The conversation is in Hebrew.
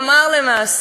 כלומר, למעשה,